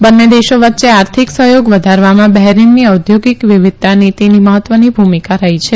બંને દેશો વચ્ચે આર્થિક સહયોગ વધારવામાં બહેરીનની ઔદ્યોગિક વિવિધતા નીતીની મહત્વની ભૂમિકા રહી છે